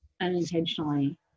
unintentionally